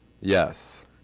Yes